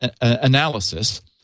analysis